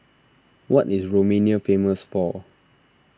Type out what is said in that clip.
what is Romania famous for